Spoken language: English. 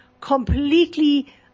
completely